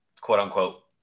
quote-unquote